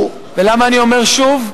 ולמה אני אומר "שוב"?